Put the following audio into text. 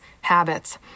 habits